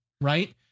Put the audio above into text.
right